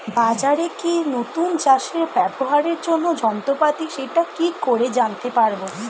বাজারে কি নতুন চাষে ব্যবহারের জন্য যন্ত্রপাতি সেটা কি করে জানতে পারব?